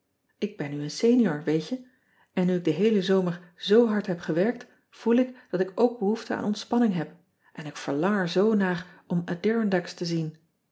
k ben nu een senior weet je n nu ik den heelen zomer zoo hard heb gewerkt voel ik dat ik ook behoefte aan ontspanning heb en ik verlang er zoo naar om dirondacks te zien